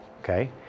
okay